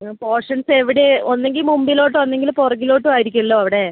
portions എവിടെ ഒന്നുങ്കിൽ മുമ്പിലോട്ട് ഒന്നുങ്കിൽ പുറകിലോട്ടും ആയിരിക്കുമല്ലോ അവിടെ